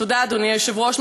תודה, אדוני היושב-ראש.